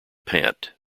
pant